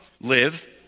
Live